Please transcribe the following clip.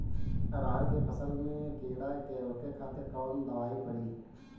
अरहर के फसल में कीड़ा के रोके खातिर कौन दवाई पड़ी?